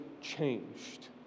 changed